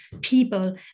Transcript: people